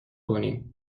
کنیم